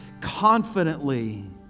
confidently